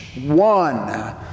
one